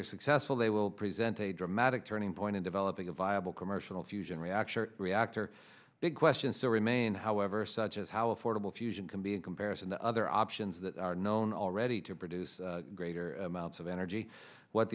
are successful they will present a dramatic turning point in developing a viable commercial fusion reaction reactor big question still remains however such as how affordable fusion can be in comparison to other options that are known already to produce greater amounts of energy what